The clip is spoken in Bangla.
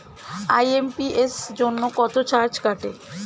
আই.এম.পি.এস জন্য কত চার্জ কাটে?